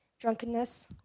drunkenness